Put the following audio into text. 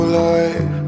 life